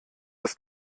das